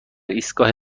ایستگاه